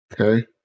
okay